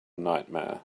nightmare